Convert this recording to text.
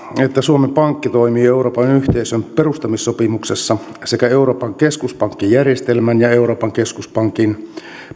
että suomen pankki toimii euroopan yhteisön perustamissopimuksessa sekä euroopan keskuspankkijärjestelmän ja euroopan keskuspankin